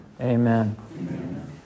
Amen